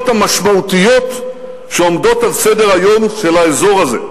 המשמעותיות שעומדות על סדר-היום של האזור הזה?